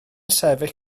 sefyll